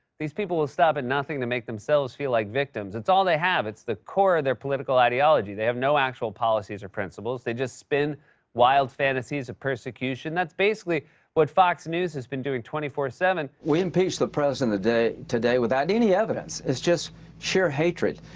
these people will stop at nothing to make themselves feel like victims. it's all they have. it's the core of their political ideology. they have no actual policies or principles. they just spin wild fantasies of persecution, and that's basically what fox news has been doing twenty four seven. we impeached the president today today without any evidence. it's just sheer hatred.